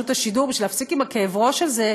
השידור בשביל להפסיק עם הכאב ראש הזה,